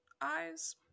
eyes